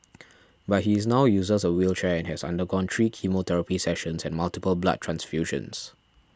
but he is now uses a wheelchair and has undergone three chemotherapy sessions and multiple blood transfusions